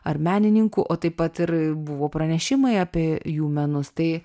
ar menininkų o taip pat ir buvo pranešimai apie jų menus tai